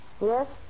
Yes